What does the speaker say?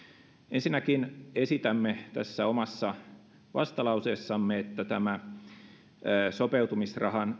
ensinnäkin esitämme tässä omassa vastalauseessamme että sopeutumisrahan